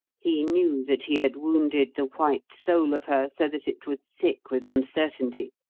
he knew that he had wounded the white soul of her so that it was sick with uncertainty,